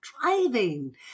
driving